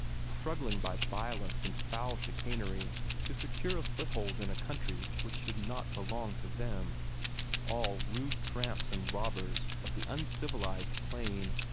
struggling by violence and foul chicanery to secure a foothold in a country which did not belong to them all rude tramps and robbers of the uncivilized plain.